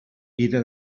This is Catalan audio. ira